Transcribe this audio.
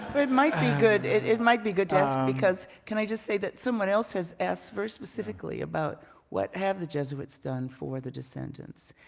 it might be good, it it might be good just because can i just say that someone else has asked very specifically about what have the jesuits done for the descendants.